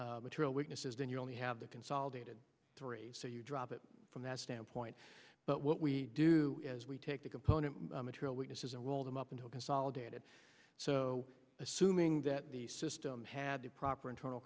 three material witnesses then you only have consolidated three so you drop it from that standpoint but what we do is we take the component material witnesses and roll them up into a consolidated so assuming that the system had the proper internal